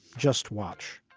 just watch.